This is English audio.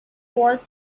was